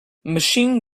machine